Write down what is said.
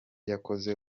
yakoze